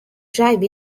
drive